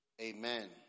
Amen